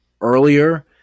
earlier